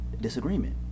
disagreement